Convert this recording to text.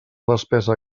despesa